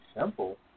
simple